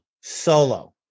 solo